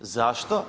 Zašto?